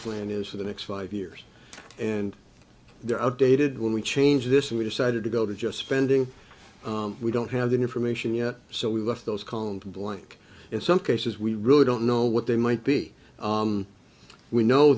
plan is for the next five years and there are updated when we change this and we decided to go to just spending we don't have that information yet so we've left those columns blank in some cases we really don't know what they might be we know